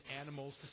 animals